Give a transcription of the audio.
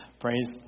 praise